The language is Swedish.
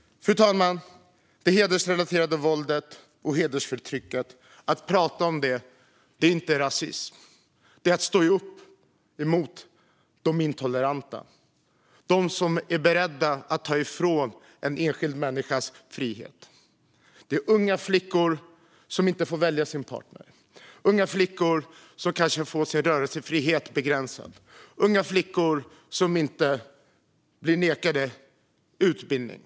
Fru talman! Att prata om det hedersrelaterade våldet och hedersförtrycket är inte rasism. Det är att stå upp mot de intoleranta, mot dem som är beredda att ta ifrån en enskild människa dennes frihet. Det är fråga om unga flickor som inte får välja sin partner, som kanske får sin rörelsefrihet begränsad eller som blir nekade utbildning.